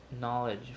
knowledge